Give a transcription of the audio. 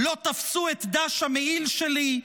"לא תפסו את דש המעיל שלי".